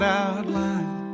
outline